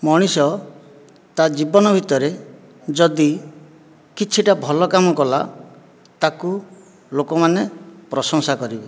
ମଣିଷ ତା ଜୀବନ ଭିତରେ ଯଦି କିଛିଟା ଭଲ କାମ କଲା ତାକୁ ଲୋକମାନେ ପ୍ରଶଂସା କରିବେ